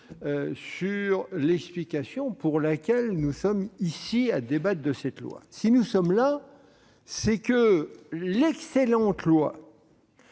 sur la raison pour laquelle nous sommes ici à débattre de ce texte. Si nous sommes ici, c'est parce que l'excellente loi